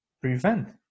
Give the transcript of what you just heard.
Prevent